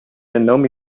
النوم